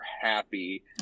happy